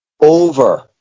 Over